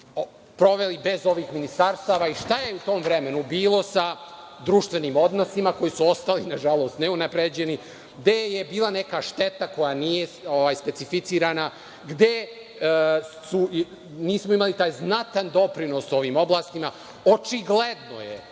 proveli bez ovih ministarstava i šta je u tom vremenu bilo sa društvenim odnosima koji su ostali, nažalost, neunapređeni, gde je bila neka šteta koja nije specificirana, gde nismo imali taj znatan doprinos u ovim oblastima. Očigledno je